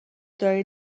داری